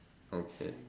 okay